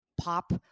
pop